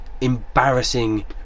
embarrassing